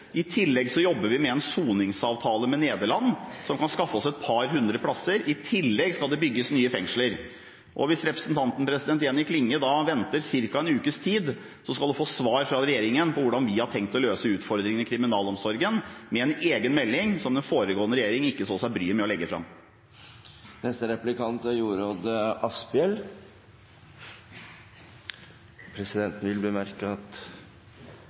I tillegg jobber vi med en soningsavtale med Nederland, som kan skaffe oss et par hundre plasser, og i tillegg skal det bygges nye fengsler. Hvis representanten Jenny Klinge venter ca. en ukes tid, skal hun få svar fra regjeringen på hvordan vi har tenkt å løse utfordringene i kriminalomsorgen med en egen melding, noe som den foregående regjeringen ikke tok seg bryet med å legge